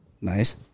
Nice